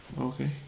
Okay